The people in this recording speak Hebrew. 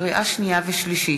לקריאה שנייה ולקריאה שלישית: